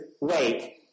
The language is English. Wait